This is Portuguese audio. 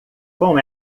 com